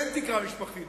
התקרה משפחתית.